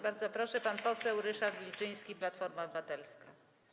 Bardzo proszę, pan poseł Ryszard Wilczyński, Platforma Obywatelska.